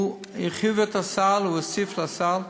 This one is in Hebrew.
הוא הרחיב את הסל, הוא הוסיף לסל,